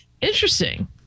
Interesting